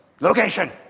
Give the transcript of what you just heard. location